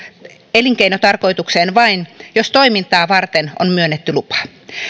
elinkeinotarkoitukseen vain jos toimintaa varten on myönnetty lupa